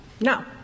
No